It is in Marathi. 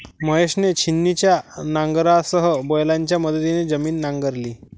महेशने छिन्नीच्या नांगरासह बैलांच्या मदतीने जमीन नांगरली